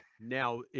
now